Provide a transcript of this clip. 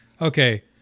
Okay